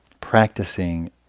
practicing